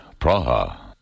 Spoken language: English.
Praha